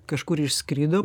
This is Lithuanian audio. kažkur išskrido